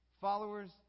Followers